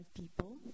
people